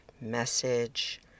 message